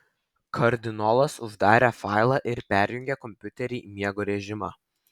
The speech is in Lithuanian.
kardinolas uždarė failą ir perjungė kompiuterį į miego režimą